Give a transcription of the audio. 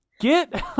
get